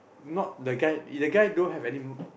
not the guy is the guy don't have any m~